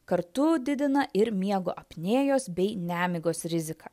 kartu didina ir miego apnėjos bei nemigos riziką